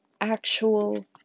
actual